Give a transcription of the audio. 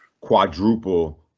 quadruple